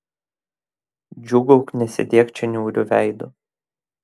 džiūgauk nesėdėk čia niauriu veidu